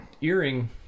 earring